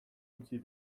utzi